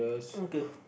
okay